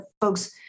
folks